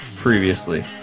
Previously